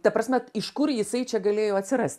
ta prasme iš kur jisai čia galėjo atsirast